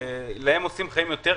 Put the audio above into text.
שלהם עושים חיים יותר קשים.